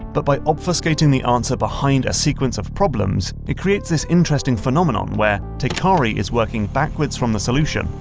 but by obfuscating the answer behind a sequence of problems, it creates this interesting phenomenon where teikari is working backwards from the solution,